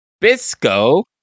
Bisco